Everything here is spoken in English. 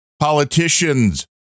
politicians